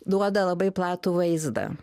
duoda labai platų vaizdą